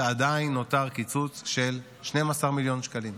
ועדיין נותר קיצוץ של 12 מיליון שקלים.